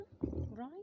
Right